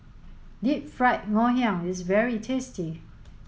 Deep Fried Ngoh Hiang is very tasty